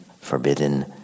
forbidden